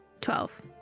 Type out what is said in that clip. Twelve